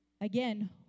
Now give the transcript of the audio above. Again